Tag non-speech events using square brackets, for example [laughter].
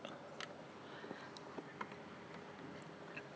[noise]